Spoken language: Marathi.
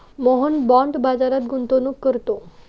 मोहन बाँड बाजारात गुंतवणूक करतो